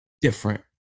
different